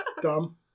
Dumb